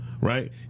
right